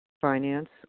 finance